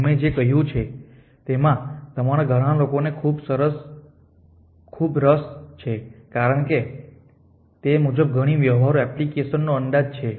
અમે જે કહ્યું છે તેમાં તમારા ઘણા લોકોને ખૂબ રસ છે કારણ કે તે મુજબ ઘણી વ્યવહારુ એપ્લિકેશન નો અંદાજ છે